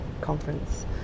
conference